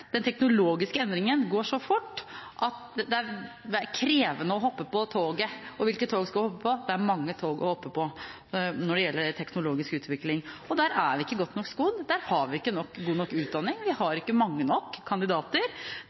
den teknologiske endringen går så fort at det er krevende å hoppe på toget. Og hvilket tog skal man hoppe på? Det er mange tog å hoppe på når det gjelder teknologisk utvikling. Der er vi ikke godt nok skodd. Vi har ikke god nok utdanning. Vi har ikke mange nok kandidater.